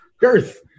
Girth